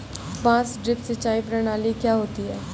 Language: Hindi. बांस ड्रिप सिंचाई प्रणाली क्या होती है?